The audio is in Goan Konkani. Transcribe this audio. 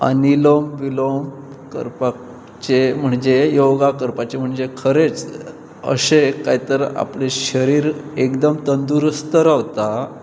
अनिलोम विलोम करपाचे म्हणजे योगा करपाचे म्हणजे खरेंच अशें काय तर आपलें शरीर एकदम तंदुरुस्त रावता